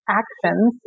actions